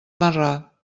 marrà